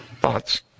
Thoughts